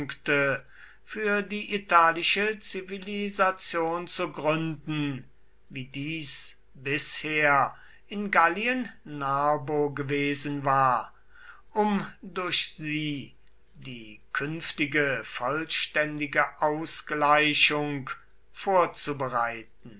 für die italische zivilisation zu gründen wie dies bisher in gallien narbo gewesen war um durch sie die künftige vollständige ausgleichung vorzubereiten